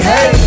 Hey